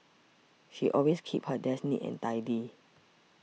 she always keeps her desk neat and tidy